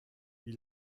wie